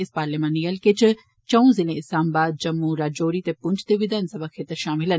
इस पार्लिमानी हल्के च चऊं जिलें सांबा जम्मू राजौरी ते पुंछ दे बी विधानसभा खेत्तर शामल न